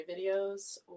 videos